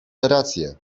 rację